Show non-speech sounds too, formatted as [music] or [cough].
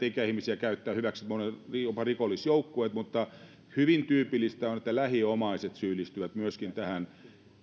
[unintelligible] ikäihmisiä käyttävät hyväkseen jopa rikollisjoukkueet mutta hyvin tyypillistä on on että lähiomaiset syyllistyvät myöskin tähän